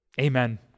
Amen